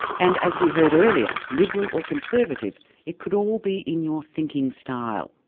and as we heard earlier, liberal or conservative it could all be in your thinking style.